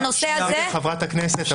חברת הכנסת,